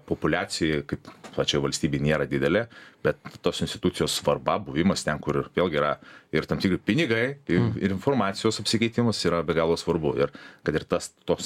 populiacija kaip plačioj valstybėj nėra didelė bet tos institucijos svarba buvimas ten kur ir vėlgi yra ir tam tikri pinigai ir ir informacijos apsikeitimas yra be galo svarbu ir kad ir tas tos